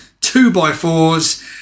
two-by-fours